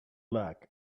luck